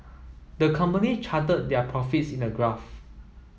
the company charted their profits in a graph